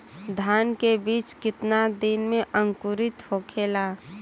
धान के बिज कितना दिन में अंकुरित होखेला?